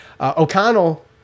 O'Connell